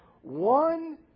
one